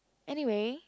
anyway